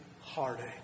heartache